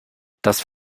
das